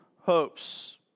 hopes